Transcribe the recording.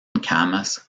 camas